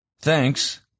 thanks